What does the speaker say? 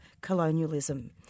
colonialism